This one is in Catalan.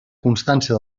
constància